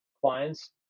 clients